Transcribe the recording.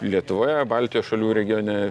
lietuvoje baltijos šalių regione